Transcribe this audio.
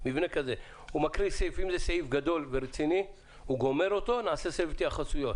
הוא מקריא סעיפים, ונחזור לסבב התייחסויות.